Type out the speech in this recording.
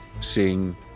seeing